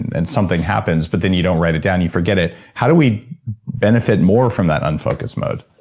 and something happens, but then you don't write it down, you forget it. how do we benefit more from that unfocused mode?